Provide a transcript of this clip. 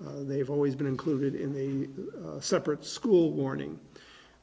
they've always been included in the separate school warning